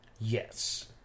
Yes